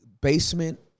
basement